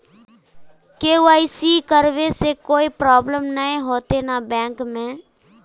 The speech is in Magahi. के.वाई.सी करबे से कोई प्रॉब्लम नय होते न बैंक में?